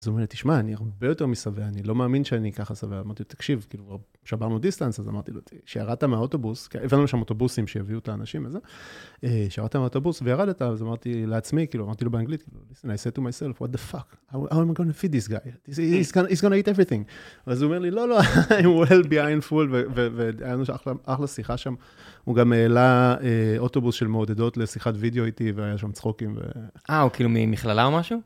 אז הוא אומר, תשמע, אני הרבה יותר משבע, אני לא מאמין שאני ככה שבע, אמרתי לו תקשיב, כאילו, שברנו דיסטנס, אז אמרתי לו כשירדת מהאוטובוס, כי הבאנו לשם אוטובוסים שיביאו את האנשים וזה, כשירדת מהאוטובוס וירדת, אז אמרתי לעצמי, כאילו, אמרתי לו באנגלית, I said to myself, what the fuck, how am I going to feed this guy, he's going to eat everything. אז הוא אומר לי, לא, לא, I'm well behind full, והיה לנו אחלה שיחה שם, הוא גם העלה אוטובוס של מעודדות לשיחת וידאו איתי, והיה שם צחוקים ו.. אה, הוא כאילו ממכללה או משהו?